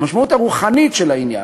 את המשמעות הרוחנית של העניין.